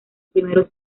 primeros